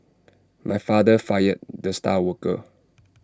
my father fired the star worker